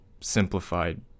simplified